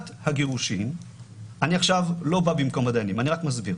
עכשיו אני לא בא במקום הדיינים, אני רק מסביר.